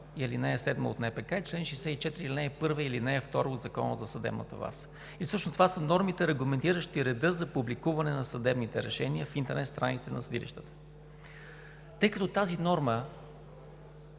ал. 2 и ал. 7 от НПК и чл. 64, ал. 1 и ал. 2 от Закона за съдебната власт. Всъщност това са нормите, регламентиращи реда за публикуване на съдебните решения в интернет страниците на съдилищата. Тъй като тази норма